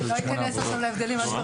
לא ניכנס עכשיו להבדלים בין מה שקורה